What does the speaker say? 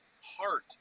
heart